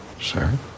Sir